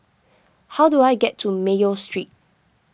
how do I get to Mayo Street